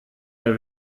der